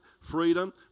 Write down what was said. freedom